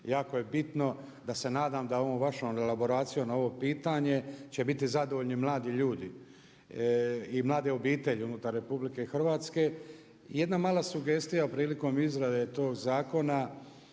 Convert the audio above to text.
jako je bitno da se nadam da ovom vašom elaboracijom ovo pitanje će biti zadovoljni mladi ljudi i mlade obitelji unutar RH. Jedna mala sugestija prilikom izrade tog zakona,